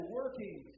working